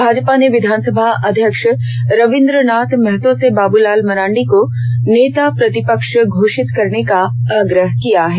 भाजपा ने विधानसभा अध्यक्ष रवींद्रनाथ महतो से बाबूलाल मरांडी को नेता प्रतिपक्ष घोषित करने का आग्रह किया है